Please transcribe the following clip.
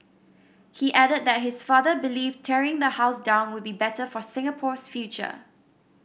he added that his father believed tearing the house down would be better for Singapore's future